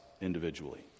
individually